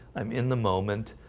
i'm in the moment.